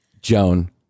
Joan